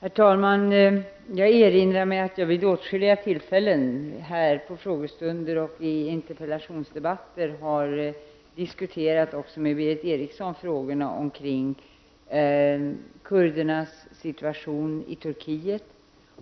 Herr talman! Jag erinrar mig att jag vid åtskilliga tillfällen vid frågestunder och i interpellationsdebatter även med Berith Eriksson har diskuterat frågor kring kurdernas situation i Turkiet